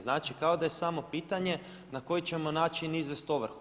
Znači, kao da je samo pitanje na koji ćemo način izvest ovrhu.